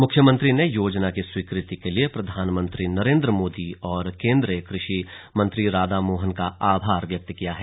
मुख्यमंत्री ने योजना की स्वीकृति के लिए प्रधानमंत्री नरेंद्र मोदी और केंद्रीय कृषि मंत्री राधामोहन का आभार व्यक्त किया है